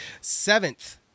Seventh